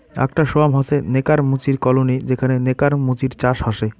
আকটা সোয়ার্ম হসে নেকার মুচির কলোনি যেখানে নেকার মুচির চাষ হসে